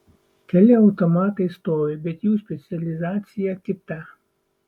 keli automatai stovi bet jų specializacija kita